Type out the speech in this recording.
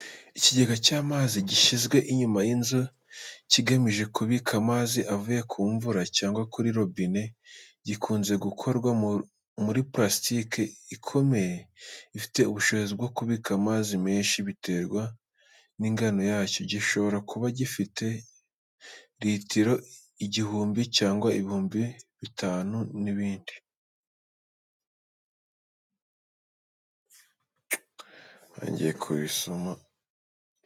Ikigega cy’amazi gishyizwe inyuma y’inzu, kigamije kubika amazi avuye ku mvura cyangwa kuri robine. Gikunze gukorwa mu muri plastique ikomeye ifite ubushobozi bwo kubika amazi menshi biterwa n’ingano yacyo gishobora kuba gifite ritiro igihumbi cyangwa ibihumbi bitatu n'ibindi.